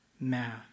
math